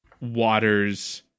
Waters